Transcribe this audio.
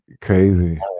crazy